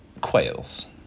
Quails